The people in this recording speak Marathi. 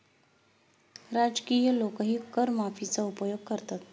राजकीय लोकही कर माफीचा उपयोग करतात